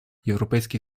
європейський